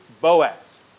Boaz